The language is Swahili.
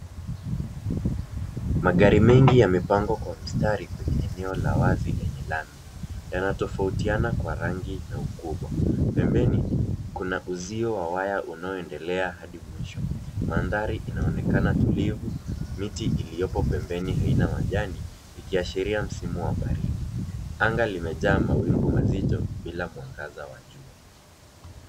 Magari mengi yamepangwa kwa mstari kwenye eneo la wazi lenye lami. Yanatofautiana kwa rangi na ukubwa. Pembeni kuna uzio wa waya unaoendelea hadi mwisho. Mandhari inaonekana tulivu, miti iliyopo pembeni haina majani, ikiashiria msimu wa baridi. Anga limejaa mawingu mazito bila mwangaza wa jua.